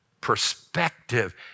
perspective